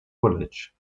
village